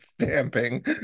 stamping